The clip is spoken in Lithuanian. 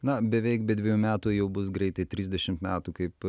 na beveik be dvejų metų jau bus greitai trisdešimt metų kaip